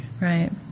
Right